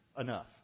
enough